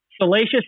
salacious